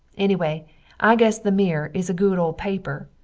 enneway i guess the mirror is a good ole paper,